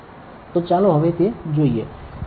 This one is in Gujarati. તો ચાલો હવે તે જોઈએ